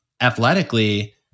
athletically